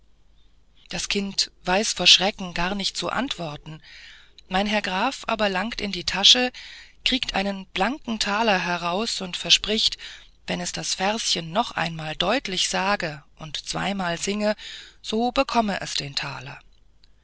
das kind weiß vor schrecken gar nicht zu antworten mein herr graf aber langt in die tasche kriegt einen blanken taler heraus und verspricht wenn es das verschen noch einmal deutlich sage und zweimal singe so bekomme es den taler